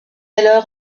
alors